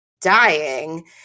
dying